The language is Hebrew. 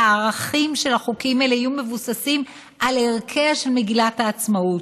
שהערכים של החוקים האלה יהיו מבוססים על ערכיה של מגילת העצמאות,